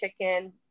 chicken